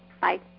Bye